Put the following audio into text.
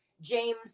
James